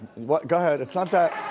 what, go ahead, it's not that.